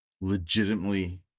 legitimately